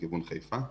לכיוון חיפה,